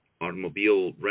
Automobile